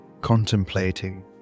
contemplating